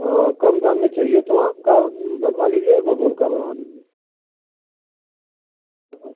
हाँ कम दाम में चाहिए तो आम का बनवा लीजिए या बबूल का बनवा लीजिए हाँ